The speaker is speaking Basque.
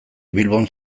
bilbon